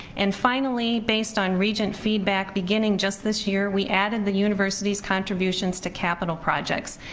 and finally, based on regent feedback, beginning just this year we added the university's contributions to capital projects.